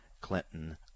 Clinton